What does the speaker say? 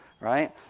right